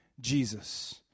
Jesus